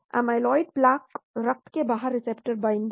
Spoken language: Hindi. अमाइलॉइड प्लाक रक्त के बाहर रिसेप्टर बाइंडिंग